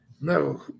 No